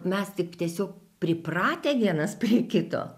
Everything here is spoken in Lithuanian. mes tik tiesiog pripratę vienas prie kito